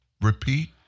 repeat